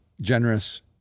generous